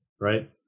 right